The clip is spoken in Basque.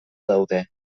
daude